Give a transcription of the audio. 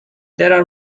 there